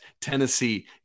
Tennessee